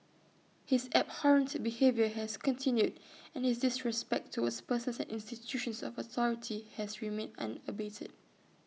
his abhorrent behaviour has continued and his disrespect towards persons and institutions of authority has remained unabated